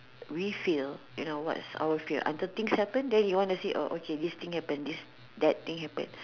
we feel you know what's our fear until things happen then you want to say oh okay this thing happen this that thing happen